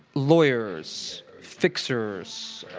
lawyers, fixers,